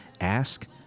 ask